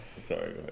sorry